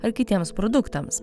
ar kitiems produktams